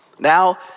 Now